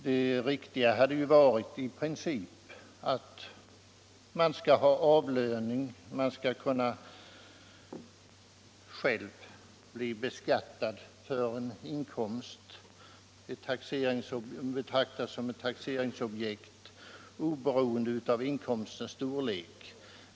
Det principiellt riktigaste hade ju varit att fastslå att man själv skall bli beskattad för en inkomst, bli betraktad som ett taxeringsobjekt, oberoende av inkomstens storlek.